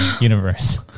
universe